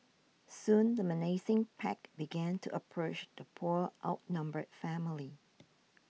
soon the menacing pack began to approach the poor outnumbered family